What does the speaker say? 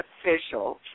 officials